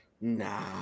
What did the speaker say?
Nah